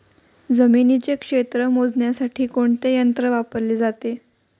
जमिनीचे क्षेत्र मोजण्यासाठी कोणते यंत्र वापरले जाते?